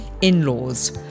in-laws